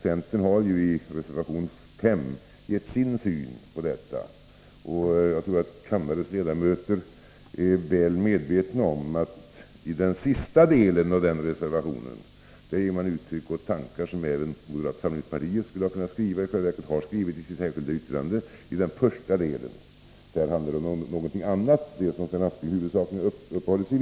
Centern har i reservation 5 gett sin syn på detta, och jag tror att kammarens ledamöter är väl medvetna om att man i den sista delen av nämnda reservation ger uttryck åt tankar som även moderata samlingspartiet skulle kunna ha skrivit — och i själva verket har skrivit i sitt särskilda yttrande. Den första delen av reservationen handlar om någonting annat, som Sven Aspling huvudsakligen uppehöll sig vid.